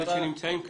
אלה שנמצאים כאן.